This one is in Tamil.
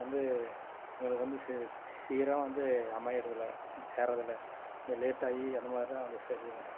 வந்து எங்களுக்கு வந்து சீராக வந்து அமையறதில்லை சேர்றதில்லை கொஞ்சம் லேட்டாகி அந்தமாரிதான் வந்து சேருதுங்க